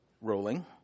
rolling